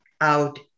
out